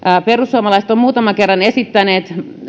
perussuomalaiset ovat muutaman kerran esittäneet